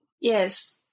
yes